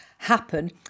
happen